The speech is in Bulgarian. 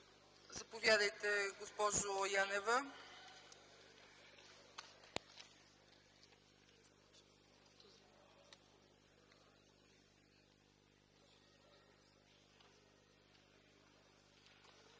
Заповядайте, госпожо Янева.